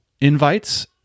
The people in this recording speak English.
invites